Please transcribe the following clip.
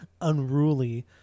unruly